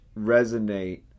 resonate